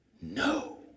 No